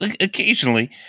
Occasionally